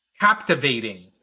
captivating